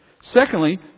Secondly